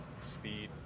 speed